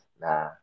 Nah